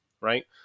right